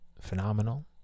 phenomenal